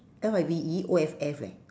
L I V E O F F leh